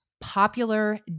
popular